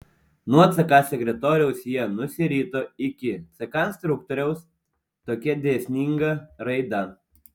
nuo ck sekretoriaus jie nusirito iki ck instruktoriaus tokia dėsninga raida